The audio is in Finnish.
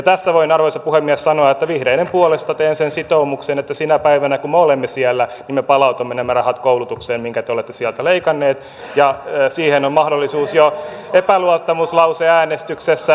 tässä voin arvoisa puhemies sanoa että vihreiden puolesta teen sen sitoumuksen että sinä päivänä kun me olemme siellä me palautamme koulutukseen nämä rahat mitkä te olette sieltä leikanneet ja siihen on mahdollisuus jo epäluottamuslauseäänestyksessä